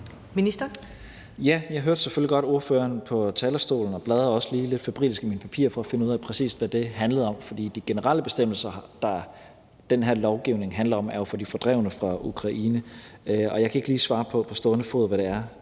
Jeg hørte selvfølgelig godt ordføreren på talerstolen og bladrede også lige lidt febrilsk i mine papirer for at finde ud af, præcis hvad det handlede om. For de generelle bestemmelser, den her lovgivning handler om, er jo for de fordrevne fra Ukraine, og jeg kan ikke lige på stående fod svare på,